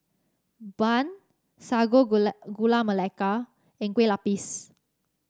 bun sago gula Gula Melaka and Kue Lupis